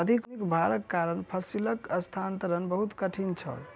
अधिक भारक कारण फसिलक स्थानांतरण बहुत कठिन छल